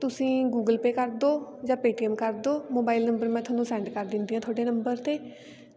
ਤੁਸੀਂ Google Pay ਕਰ ਦਿਓ ਜਾਂ ਪੇਟੀਐੱਮ ਕਰ ਦਿਓ ਮੋਬਾਇਲ ਨੰਬਰ ਤੁਹਾਨੂੰ ਸੈਂਡ ਕਰ ਦਿੰਦੀ ਹਾਂ ਤੁਹਾਡੇ ਨੰਬਰ 'ਤੇ